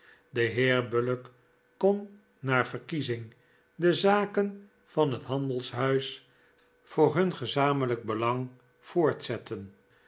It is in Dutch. de heer bullock kon naar verkiezing de zaken van het handelshuis voor hun gezamenlijk belang voortzetten